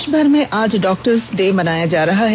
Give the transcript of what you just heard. देशमर में आज डॉक्टर्स डे मनाया जा रहा है